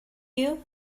you